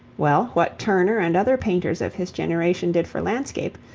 well, what turner and other painters of his generation did for landscape,